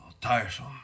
tiresome